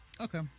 Okay